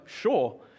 sure